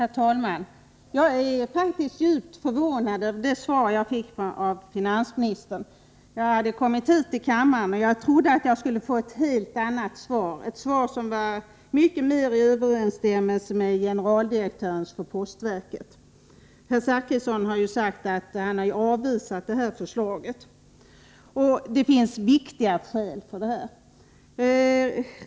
Herr talman! Jag är faktiskt djupt förvånad över det svar som jag fick av finansministern. Jag trodde, när jag kom hit till kammaren, att jag skulle få ett helt annat svar — ett svar som var mycket mera i överensstämmelse med vad generaldirektören för postverket har sagt. Herr Zachrisson har ju avvisat det här förslaget. Det finns viktiga skäl för det.